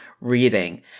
reading